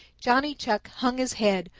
johnny chuck hung his head,